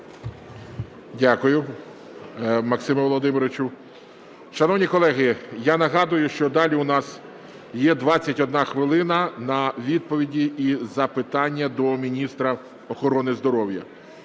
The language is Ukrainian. Дякую, Максиме Володимировичу. Шановні колеги, я нагадую, що далі у нас є 21 хвилина на відповіді і запитання до міністра охорони здоров'я.